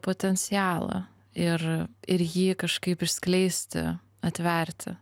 potencialą ir ir jį kažkaip išskleisti atverti